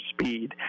speed